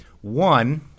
One